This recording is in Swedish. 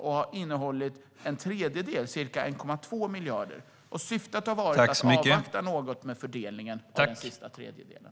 Man har hållit inne ungefär en tredjedel, ca 1,2 miljarder, i syfte att avvakta något med fördelningen av den sista tredjedelen.